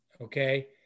Okay